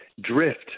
drift